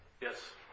Yes